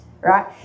right